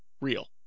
real